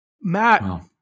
Matt